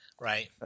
Right